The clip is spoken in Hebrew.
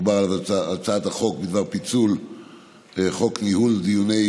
מדובר על פיצול הצעת חוק ניהול דיוני